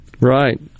Right